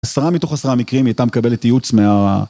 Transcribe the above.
עשרה מתוך עשרה מקרים היא הייתה מקבלת ייעוץ מה...